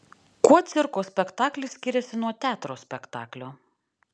kuo cirko spektaklis skiriasi nuo teatro spektaklio